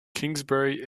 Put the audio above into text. kingsbury